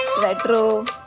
retro